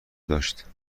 داشت